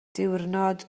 diwrnod